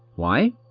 why?